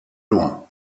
loin